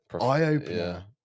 eye-opener